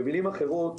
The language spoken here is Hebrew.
במילים אחרות,